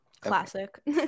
Classic